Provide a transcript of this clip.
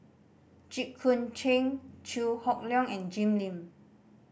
Jit Koon Ch'ng Chew Hock Leong and Jim Lim